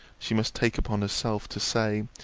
she must take upon herself to say,